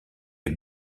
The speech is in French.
est